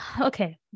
okay